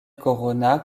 corona